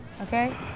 okay